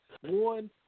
one